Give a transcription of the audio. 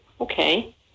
Okay